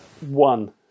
One